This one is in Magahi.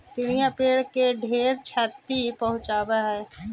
दियाँ पेड़ के ढेर छति पहुंचाब हई